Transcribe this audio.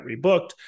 rebooked